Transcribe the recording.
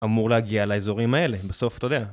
אמור להגיע לאזורים האלה, בסוף אתה יודע